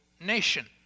nation